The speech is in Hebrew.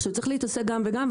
עכשיו צריך להתעסק גם וגם,